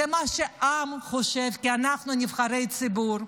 זה מה שהעם חושב, כי אנחנו נבחרי ציבור.